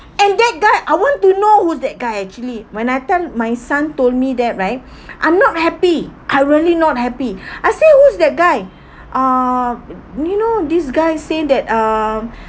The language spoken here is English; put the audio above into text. and that guy I want to know who that guy actually when that time my son told me that right I'm not happy I really not happy I said who was that guy um you know this guy say that um